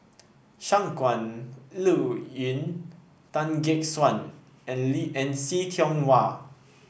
Shangguan Liuyun Tan Gek Suan and Lee and See Tiong Wah